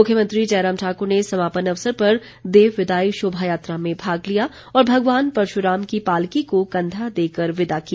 मुख्यमंत्री जयराम ठाक्र ने समापन अवसर पर देव विदायी शोभायात्रा में भाग लिया और भगवान परशुराम की पालकी को कंधा देकर विदा किया